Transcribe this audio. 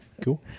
cool